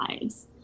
lives